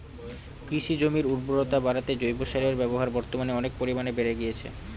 কৃষিজমির উর্বরতা বাড়াতে জৈব সারের ব্যবহার বর্তমানে অনেক পরিমানে বেড়ে গিয়েছে